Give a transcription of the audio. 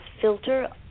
filter